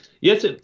yes